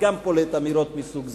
פולט אמירות מסוג זה.